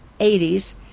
80s